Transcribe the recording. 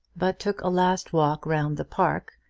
but took a last walk round the park,